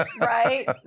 right